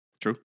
True